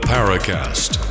Paracast